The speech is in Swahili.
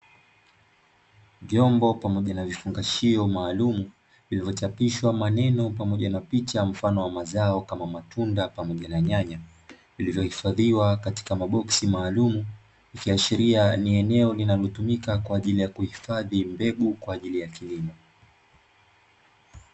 Vyombo pamoja na vifungashio maalumu, vilivyochapishwa maneno pamoja na picha, mfano wa mazao kama matunda pamoja na nyanya, vilivyohifadhiwa katika maboksi maalumu, ikiashiria ni eneo linalotumika kwa ajili ya kuhifadhi mbegu kwa ajili ya kilimo.